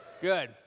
Good